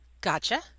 Gotcha